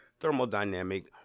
thermodynamic